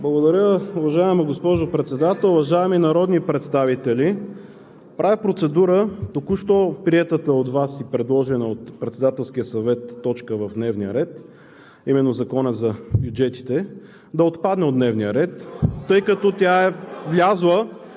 Благодаря. Уважаема госпожо Председател, уважаеми народни представители! Правя процедура току-що приетата от Вас и предложена от Председателския съвет точка в дневния ред, а именно законите за бюджетите, да отпадне от дневния ред, тъй като тя е влязла